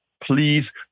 Please